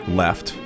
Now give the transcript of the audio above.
left